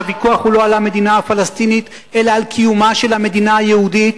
שהוויכוח הוא לא על המדינה הפלסטינית אלא על קיומה של המדינה היהודית,